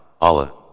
Allah